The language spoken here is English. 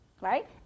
right